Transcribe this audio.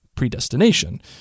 Predestination